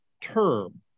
term